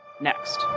Next